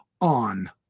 on